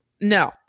No